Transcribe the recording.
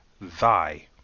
thy